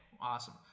awesome